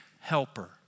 helper